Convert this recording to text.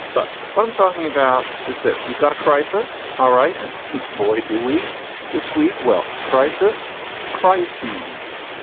but what i'm talking about is this. you've got a crisis. ah right. and boy, do we this week. well, crisis crises.